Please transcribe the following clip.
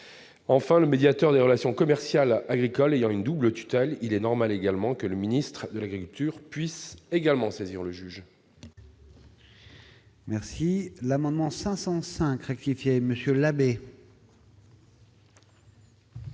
Enfin, le médiateur des relations commerciales agricoles ayant une double tutelle, il est normal que le ministre de l'agriculture puisse également saisir le juge.